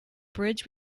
bridge